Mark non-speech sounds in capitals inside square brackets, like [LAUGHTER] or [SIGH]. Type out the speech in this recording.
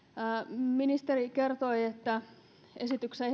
ministeri kertoi että esityksessä [UNINTELLIGIBLE]